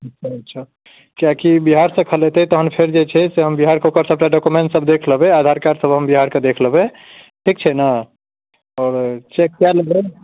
सेसब नहि छै किएकि बिहार सऽ खलेतै तहन फेर जे छै से हम बिहार के ओकर सबटा डॉक्यूमेन्ट सब देख लेबै आधार कार्ड सब हम बिहारके देख लेबै ठिक छै ने आओर चेक कए लेबै